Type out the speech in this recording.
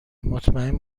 مطمئن